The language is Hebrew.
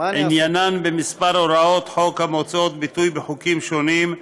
עניינן בכמה הוראות חוק המוצאות ביטוי בחוקים שונים,